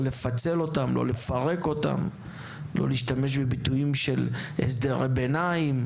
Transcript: לא לפצל אותם; לא לפרק אותם; לא להשתמש בביטויים של: "הסדרי ביניים",